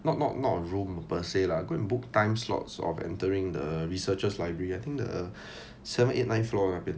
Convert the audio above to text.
not not not room per say lah go and book time slots of entering the researchers' library I think the seven eight nine floor 那边